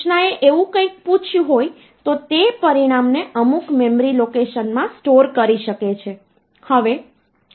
22 ભાગ્યા 2 મને 11 ભાગાકાર આપે છે અને 0 શેષ રહે છે અને 11 ભાગ્યા 2 મને 5 ભાગાકાર આપે છે અને 1 શેષ તરીકે રહે છે